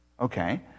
okay